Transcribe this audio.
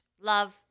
Love